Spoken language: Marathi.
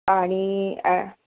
आणि